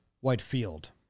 Whitefield